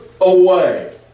away